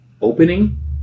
opening